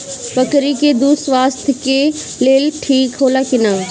बकरी के दूध स्वास्थ्य के लेल ठीक होला कि ना?